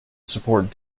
support